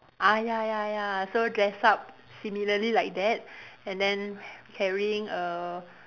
ah ya ya ya so dress up similarly like that and then carrying a